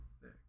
thick